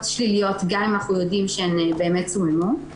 שליליות גם אם אנחנו יודעים שהן באמת סוממו,